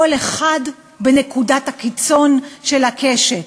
כל אחד בנקודת הקיצון של הקשת,